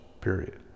period